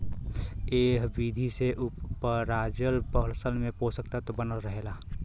एह विधि से उपराजल फसल में पोषक तत्व बनल रहेला